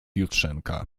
jutrzenka